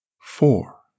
Four